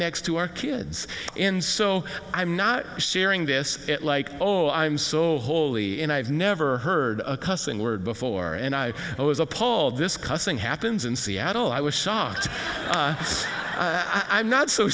next to our kids in so i'm not sharing this at like oh i'm so holy and i've never heard a cussing word before and i was appalled this cussing happens in seattle i was shocked i'm not so